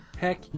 Heck